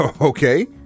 Okay